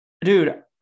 Dude